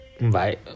Bye